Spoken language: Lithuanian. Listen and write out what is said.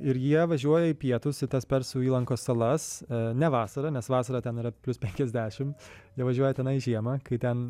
ir jie važiuoja į pietus į tas persų įlankos salas ne vasarą nes vasarą ten yra plius penkiasdešimt jie važiuoja tenai žiemą kai ten